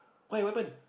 why what happen